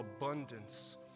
abundance